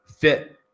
fit